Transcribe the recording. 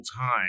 time